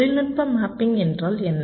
தொழில்நுட்ப மேப்பிங் என்றால் என்ன